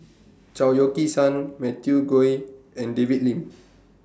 Chao Yoke San Matthew Ngui and David Lim